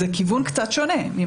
זה כיוון קצת שונה.